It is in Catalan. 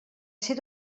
ser